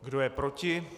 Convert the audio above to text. Kdo je proti?